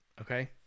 Okay